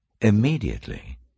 Immediately